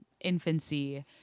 infancy